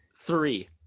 Three